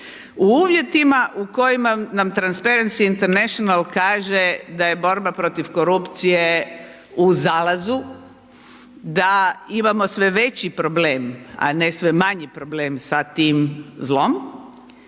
u uvjetima u kojima nam Transparency International kaže da je borba protiv korupcije u zalazu, da imamo sve veći problem, a ne sve manji problem sa tim zlom.